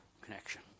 connection